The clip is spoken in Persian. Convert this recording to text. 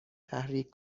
تحریک